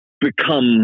Become